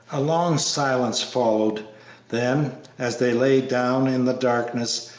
a long silence followed then, as they lay down in the darkness,